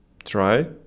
try